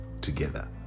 together